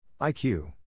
IQ